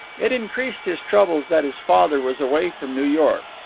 it increased his troubles that his father was away from new york.